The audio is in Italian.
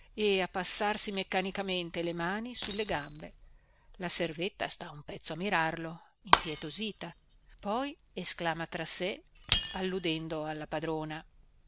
e a passarsi meccanicamente le mani sulle gambe la servetta sta un pezzo a mirarlo impietosita poi esclama tra sé alludendo alla padrona